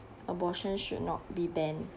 abortion should not be banned